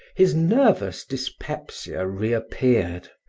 his nervous dyspepsia reappeared,